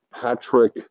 Patrick